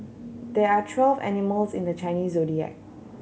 there are twelve animals in the Chinese Zodiac